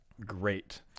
great